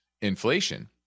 inflation